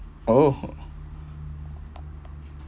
oh